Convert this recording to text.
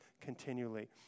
continually